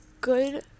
good